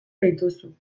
dituzu